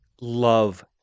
love